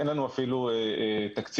אין לנו אפילו תקציב.